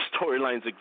storylines